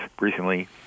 recently